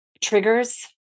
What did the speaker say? triggers